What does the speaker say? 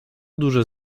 duże